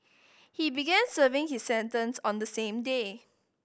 he began serving his sentence on the same day